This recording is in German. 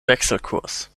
wechselkurs